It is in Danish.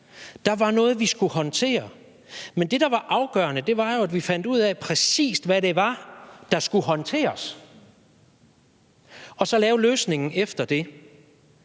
Der var noget, vi skulle håndtere. Men det, der var afgørende, var jo, at vi fandt ud af præcis, hvad det var, der skulle håndteres og så lave løsningen efter det.